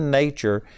nature